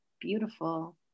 Beautiful